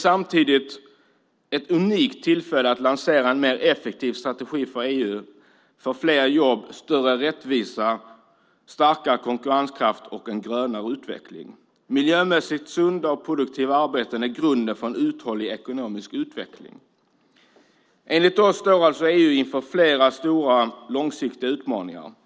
Samtidigt är det ett unikt tillfälle att lansera en mer effektiv strategi för ett EU med fler jobb, större rättvisa, starkare konkurrenskraft och grönare utveckling. Miljömässigt sunda och produktiva arbeten är grunden för en uthållig ekonomisk utveckling. Enligt oss står EU inför flera stora långsiktiga utmaningar.